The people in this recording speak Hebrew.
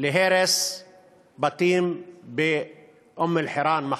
להרס בתים באום-אלחיראן מחר.